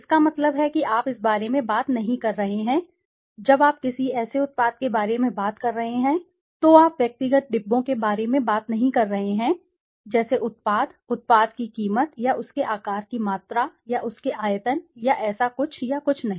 इसका मतलब है कि आप इस बारे में बात नहीं कर रहे हैं जब आप किसी ऐसे उत्पाद के बारे में बात कर रहे हैं जो आप व्यक्तिगत डिब्बों के बारे में बात नहीं कर रहे हैं जैसे उत्पाद उत्पाद की कीमत या उसके आकार की मात्रा या उसके आयतन या ऐसा कुछ या कुछ नहीं